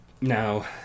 Now